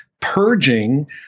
purging